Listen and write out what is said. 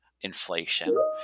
inflation